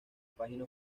página